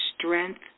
strength